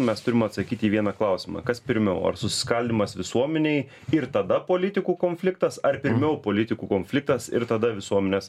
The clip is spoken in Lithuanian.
mes turim atsakyti į vieną klausimą kas pirmiau ar susiskaldymas visuomenėj ir tada politikų konfliktas ar pirmiau politikų konfliktas ir tada visuomenės